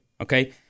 Okay